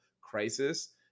crisis